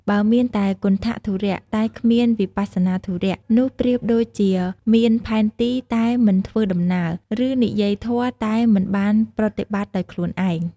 បើមានតែ គន្ថធុរៈ តែគ្មាន វិបស្សនាធុរៈ នោះប្រៀបដូចជាមានផែនទីតែមិនធ្វើដំណើរ ឬនិយាយធម៌តែមិនបានប្រតិបត្តិដោយខ្លួនឯង។